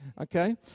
Okay